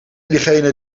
degene